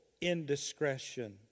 indiscretion